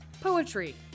poetry